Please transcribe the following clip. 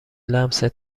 لمست